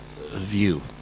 view